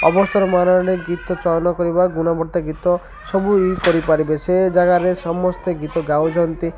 ଅବସର ମାନରେ ଗୀତ ଚୟନ କରିବା ଗୁଣବତ୍ତା ଗୀତ ସବୁ ଇଏ କରିପାରିବେ ସେ ଜାଗାରେ ସମସ୍ତେ ଗୀତ ଗାଉଛନ୍ତି